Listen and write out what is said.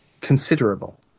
considerable